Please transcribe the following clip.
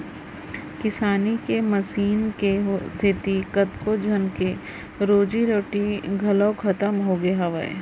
किसानी के मसीन के सेती कतको झन के रोजी रोटी घलौ खतम होगे हावय